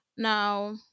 Now